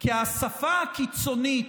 כי השפה הקיצונית,